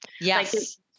Yes